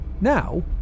Now